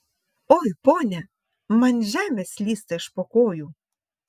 oi ponia man žemė slysta iš po kojų